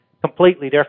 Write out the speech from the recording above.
completely